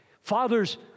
Fathers